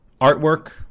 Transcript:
Artwork